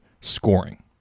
scoring